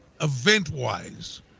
event-wise